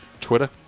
Twitter